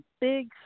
big